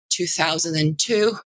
2002